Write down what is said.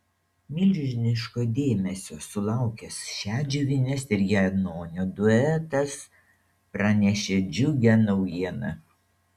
milžiniško dėmesio sulaukęs šedžiuvienės ir janonio duetas pranešė džiugią naujieną